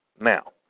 Now